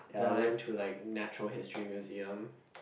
ya I went to like Natural History Museum